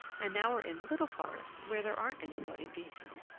and now we're in the little forest, where there aren't any naughty beasts.